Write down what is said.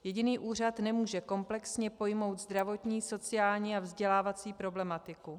Jediný úřad nemůže komplexně pojmout zdravotní, sociální a vzdělávací problematiku.